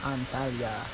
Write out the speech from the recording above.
Antalya